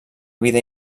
vida